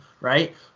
Right